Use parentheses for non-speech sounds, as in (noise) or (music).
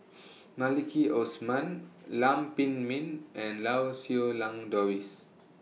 (noise) Maliki Osman Lam Pin Min and Lau Siew Lang Doris